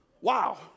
Wow